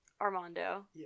armando